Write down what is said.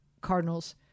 Cardinals